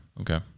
okay